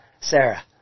Sarah